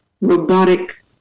robotic